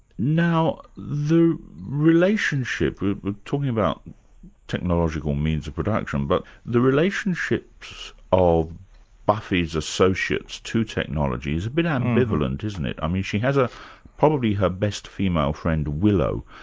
now the relationship, we're talking about technological means of production, but the relationships of buffy's associates to technology is a bit ambivalent, isn't it? i mean she has ah probably her best female friend, willow,